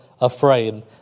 afraid